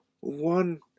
One